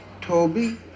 Toby